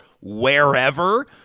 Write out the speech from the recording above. wherever